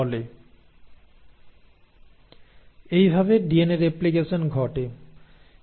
এইভাবে DNA replication ঘটে